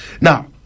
Now